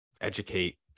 educate